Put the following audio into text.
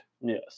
Yes